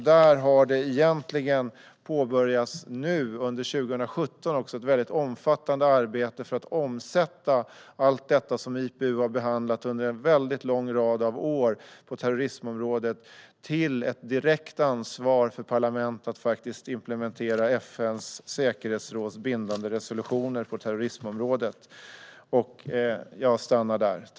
Där har det under 2017 påbörjats ett mycket omfattande arbete för att omsätta allt det som IPU har behandlat under en lång rad år på terrorismområdet, bland annat ett direkt ansvar för parlament att faktiskt implementera FN:s säkerhetsråds bindande resolutioner på terroristområdet.